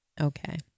Okay